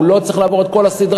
הוא לא צריך לעבור את כל הסדרה.